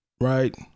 Right